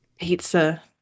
Pizza